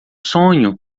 sonho